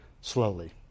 slowly